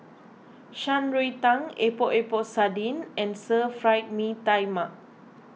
Shan Rui Tang Epok Epok Sardin and Stir Fried Mee Tai Mak